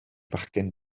fachgen